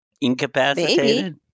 incapacitated